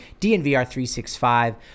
DNVR365